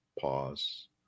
Pause